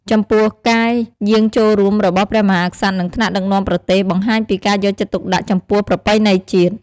ចំពោះការយាងចូលរួមរបស់ព្រះមហាក្សត្រ និងថ្នាក់ដឹកនាំប្រទេស បង្ហាញពីការយកចិត្តទុកដាក់ចំពោះប្រពៃណីជាតិ។